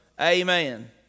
amen